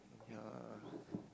ya